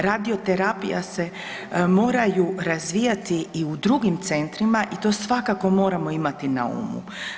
Radioterapija se moraju razvijati i u drugim centrima i to svakako moramo imati na umu.